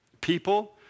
People